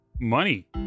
money